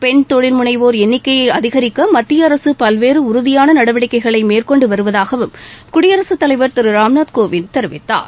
பெண் தொழில்முனைவோர் எண்ணிக்கையை அதிகரிக்க மத்திய அரசு பல்வேறு உறுதியான நடவடிக்கைகளை மேற்கொண்டு வருவதாகவும் குடியரசுத் தலைவர் ராம்நாத் கோவிந்த் தெரிவித்தார்